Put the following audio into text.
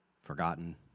forgotten